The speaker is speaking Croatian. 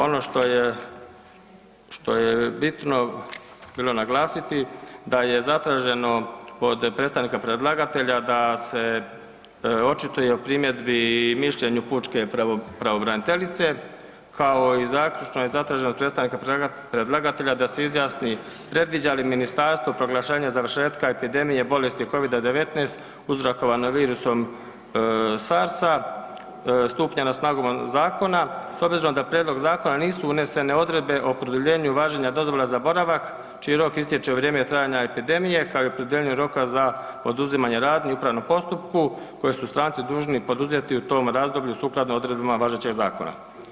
Ono što je bitno bilo naglasiti da je zatraženo od predstavnika predlagatelja da se očituje o primjedbi i mišljenju pučke pravobraniteljice kao i zaključno je zatraženo od predstavnika predlagatelja da se izjasni predviđa li ministarstvo proglašenje završetka epidemije bolesti Covid-19 uzrokovano virusom sarsa stupanjem na snagu zakona s obzirom da u prijedlog zakona nisu unesene odredbe o produljenju važenja dozvola za boravak čiji rok istječe u vrijeme trajanja epidemije kao i o produljenju roka za poduzimanja radnji u upravnom postupku koje su stranci dužni poduzeti u tom razdoblju sukladno odredbama važećeg zakona.